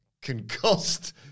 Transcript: concussed